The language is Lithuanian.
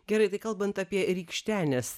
gerai tai kalbant apie rykštenes